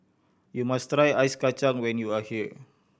you must try Ice Kachang when you are here